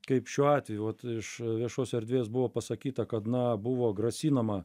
kaip šiuo atveju vat iš viešos erdvės buvo pasakyta kad na buvo grasinama